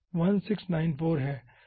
तो है